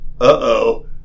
uh-oh